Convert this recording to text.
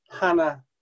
Hannah